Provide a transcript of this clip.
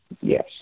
Yes